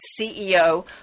CEO